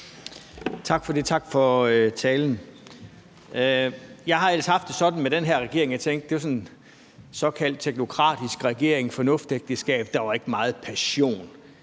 Tak for det. Tak for talen. Jeg har ellers haft det sådan med den her regering, at jeg tænkte, det var sådan en såkaldt teknokratisk regering, et fornuftsægteskab; der var ikke meget passion